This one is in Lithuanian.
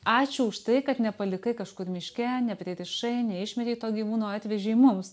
ačiū už tai kad nepalikai kažkur miške nepririšai neišmetei to gyvūno atvežei mums